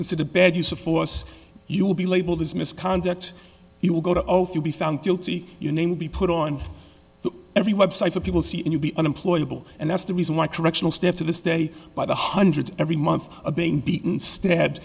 considered bad use of force you will be labeled as misconduct he will go to be found guilty your name be put on every website for people see and you'll be unemployable and that's the reason why correctional staff to this day by the hundreds every month of being beaten stabbed